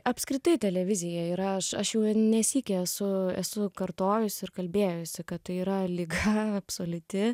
apskritai televizija yra aš aš jau ne sykį esu esu kartojusi ir kalbėjusi kad tai yra liga absoliuti